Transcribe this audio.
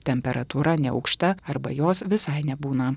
temperatūra neaukšta arba jos visai nebūna